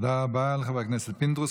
תודה רבה לחבר הכנסת פינדרוס.